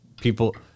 People